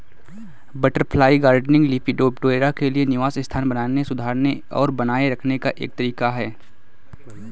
butterfly gardening, Lepidoptera के लिए निवास स्थान बनाने, सुधारने और बनाए रखने का एक तरीका है